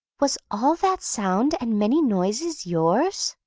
was all that sound and many noises yours?